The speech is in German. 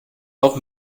auch